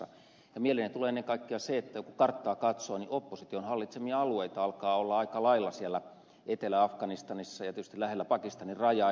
ja mieleen tulee ennen kaikkea se että kun karttaa katsoo niin opposition hallitsemia alueita alkaa olla aika lailla siellä etelä afganistanissa ja tietysti lähellä pakistanin rajaa